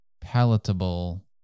palatable